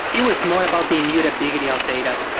it was more about the immutability of data.